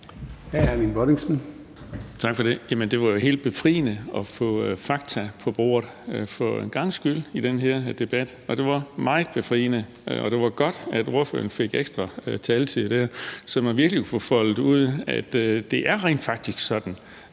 Erling Bonnesen (V): Tak for det. Jamen det var jo helt befriende at få fakta på bordet for en gangs skyld i den her debat – det var meget befriende. Og det var godt, at ordføreren fik ekstra taletid, så man virkelig kunne få foldet ud, at det rent faktisk er sådan,